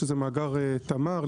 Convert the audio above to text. שזה מאגר תמר,